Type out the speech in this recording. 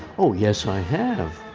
oh yes i have.